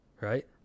Right